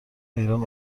ایران